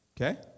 Okay